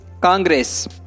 Congress